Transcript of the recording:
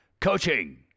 Coaching